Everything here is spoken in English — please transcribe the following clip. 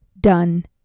done